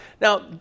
Now